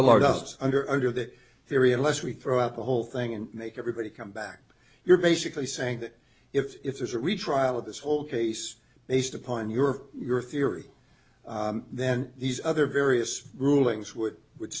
largest under under that theory unless we throw out the whole thing and make everybody come back you're basically saying that if there's a retrial of this whole case based upon your your theory then these other various rulings would would